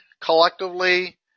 Collectively